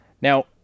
Now